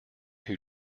who